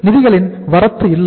நிதிகளின் வரத்து இல்லை